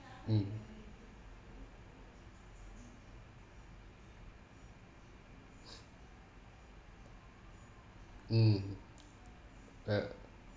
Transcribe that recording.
mm mm uh